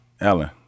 Ellen